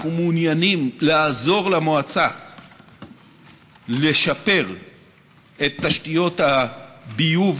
אנחנו מעוניינים לעזור למועצה לשפר את תשתיות הביוב,